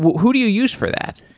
who do you use for that?